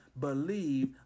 believe